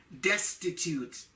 destitute